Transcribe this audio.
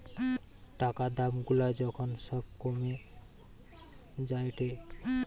টাকা দাম গুলা যখন সব কমে যায়েটে